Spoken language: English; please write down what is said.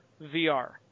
VR